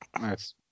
nice